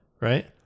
right